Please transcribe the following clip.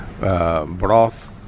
Broth